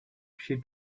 she